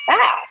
fast